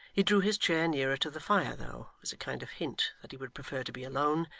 he drew his chair nearer to the fire though, as a kind of hint that he would prefer to be alone,